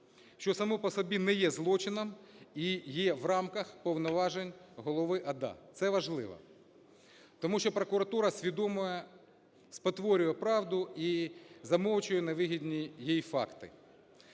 що саме по собі не є злочином і є в рамках повноважень голови ОДА, це важливо. Тому що прокуратура свідомо спотворює правду і замовчує невигідні їй факти.